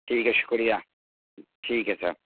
ٹھیک ہے شکریہ ٹھیک ہے سر